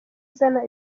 izana